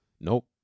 Nope